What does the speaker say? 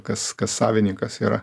kas kas savininkas yra